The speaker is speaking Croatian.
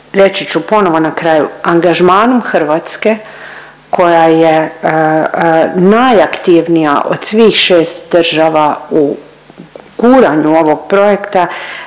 reći ću ponovo na kraju, angažmanom Hrvatske koja je najaktivnija od svih šest država u guranju ovog projekta,